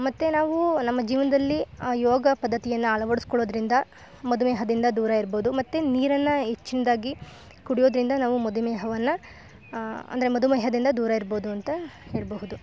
ಮತ್ತು ನಾವು ನಮ್ಮ ಜೀವನದಲ್ಲಿ ಯೋಗ ಪದ್ದತಿಯನ್ನು ಅಳವಡಿಸ್ಕೊಳ್ಳೋದ್ರಿಂದ ಮಧುಮೇಹದಿಂದ ದೂರಯಿರ್ಬೋದು ಮತ್ತು ನೀರನ್ನು ಹೆಚ್ಚಿನ್ದಾಗಿ ಕುಡಿಯೋದರಿಂದ ನಾವು ಮಧುಮೇಹವನ್ನ ಅಂದ್ರೆ ಮಧುಮೇಹದಿಂದ ದೂರಯಿರ್ಬೋದು ಅಂತ ಹೇಳಬಹುದು